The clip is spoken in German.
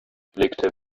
blickte